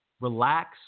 relax